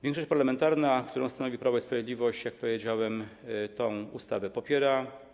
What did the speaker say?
Większość parlamentarna, którą stanowi Prawo i Sprawiedliwość, jak powiedziałem, tę ustawę popiera.